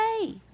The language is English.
hey